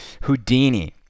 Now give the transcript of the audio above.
Houdini